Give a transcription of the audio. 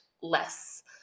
less